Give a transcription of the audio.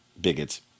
bigots